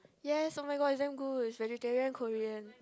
yes oh my god it's damn good it's vegetarian Korean